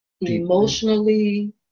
Emotionally